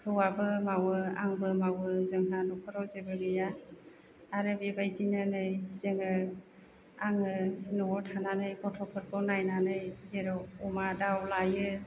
हौवाबो मावो आंबो मावो जोंहा नखराव जेबो गैया आरो बेबायदिनो नै जोङो आङो न'आव थानानै गथ'फोरखौ नायनानै जेन' अमा दाउ लायो